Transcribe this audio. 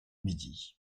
midi